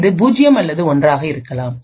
இது 0 அல்லது 1 ஆக இருக்கலாம்